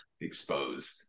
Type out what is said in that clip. Exposed